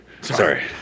sorry